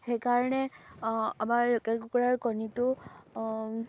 সেইকাৰণে আমাৰ কুকুৰাৰ কণীটো